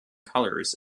colors